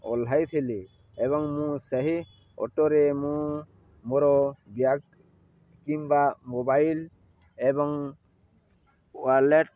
ଓଲ୍ହାଇଥିଲି ଏବଂ ମୁଁ ସେହି ଅଟୋରେ ମୁଁ ମୋର ବ୍ୟାଗ୍ କିମ୍ବା ମୋବାଇଲ ଏବଂ ୱାଲେଟ